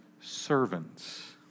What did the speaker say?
servants